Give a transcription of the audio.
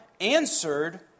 answered